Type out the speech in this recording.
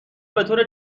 بطور